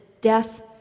death